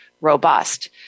robust